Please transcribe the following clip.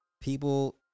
People